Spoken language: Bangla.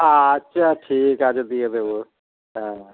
আচ্ছা ঠিক আছে দিয়ে দেবো হ্যাঁ